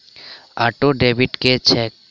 Auto debit की छैक?